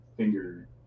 finger